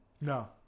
No